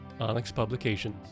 onyxpublications